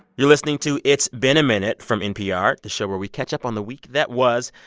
you're listening to it's been a minute from npr, the show where we catch up on the week that was.